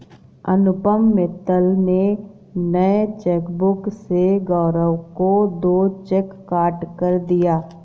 अनुपम मित्तल ने नए चेकबुक से गौरव को दो चेक काटकर दिया